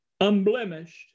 unblemished